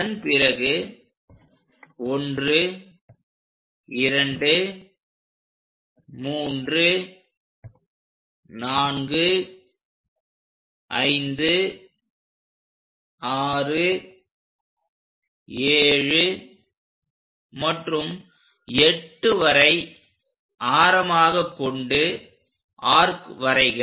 அதன் பிறகு 1 2 3 4 5 6 7 மற்றும் 8 வரை ஆரமாக கொண்டு ஆர்க் வரைக